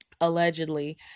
allegedly